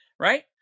Right